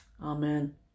Amen